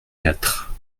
quatre